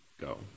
go